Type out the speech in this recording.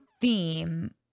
theme